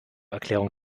erklärung